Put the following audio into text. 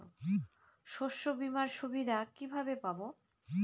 শস্যবিমার সুবিধা কিভাবে পাবো?